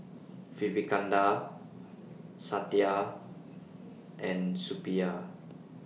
Vivekananda Satya and Suppiah